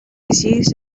used